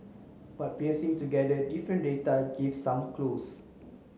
but piecing together different data gives some clues